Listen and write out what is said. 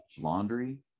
laundry